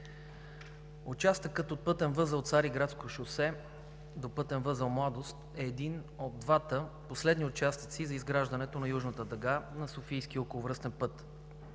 Участъкът от пътен възел „Цариградско шосе“ до пътен възел „Младост“ е един от двата последни участъци за изграждането на Южната дъга на Софийския околовръстен път.